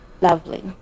Lovely